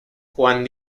juan